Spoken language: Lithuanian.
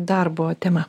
darbo tema